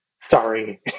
Sorry